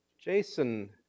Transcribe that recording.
Jason